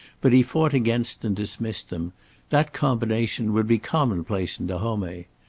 but he fought against and dismissed them that combination would be commonplace in dahomey.